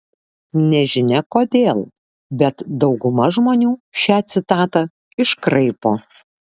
nežinia kodėl bet dauguma žmonių šią citatą iškraipo